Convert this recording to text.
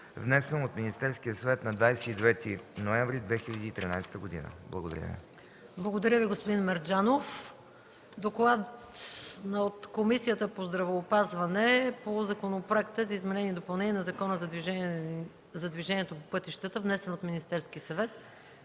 внесен от Министерския съвет на 29 ноември 2013 г.” Благодаря. ПРЕДСЕДАТЕЛ МАЯ МАНОЛОВА: Благодаря Ви, господин Мерджанов. Доклад на Комисията по здравеопазване по Законопроекта за изменение и допълнение на Закона за движението по пътищата, внесен от Министерския съвет.